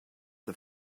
the